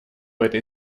этой